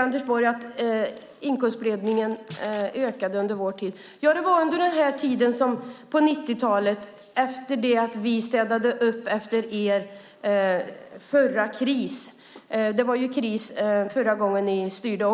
Anders Borg säger att inkomstspridningen ökade under vår tid. Det skedde under 90-talet, efter det att vi städade upp efter er förra kris. Det var kris också förra gången ni styrde.